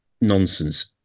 nonsense